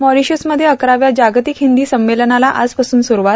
मॉरीशसमध्ये अकराव्या जागतिक हिंदी संमेलनाला आजपासून सुरूवात